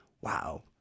wow